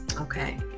Okay